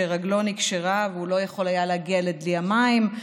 שרגלו נקשרה והוא לא יכול היה להגיע לדלי המים,